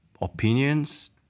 opinions